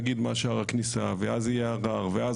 נגיד מה שער הכניסה ואז יהיה ערר ואז